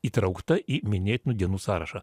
įtraukta į minėtinų dienų sąrašą